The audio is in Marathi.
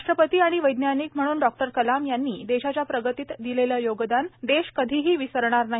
राष्ट्रपती आणि वैज्ञानिक म्हणून डॉक्टर कलाम यांनी देशाच्या प्रगतीत दिलेलं योगदान देश कधीही विसरणार नाही